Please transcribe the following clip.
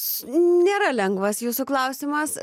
nėra lengvas jūsų klausimas